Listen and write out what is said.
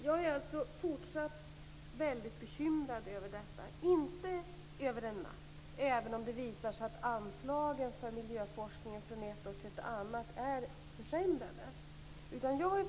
Jag är alltså fortsatt mycket bekymrad över detta - men inte på kort sikt, även om det visar sig att anslagen till miljöforskningen från ett år till ett annat är försämrade.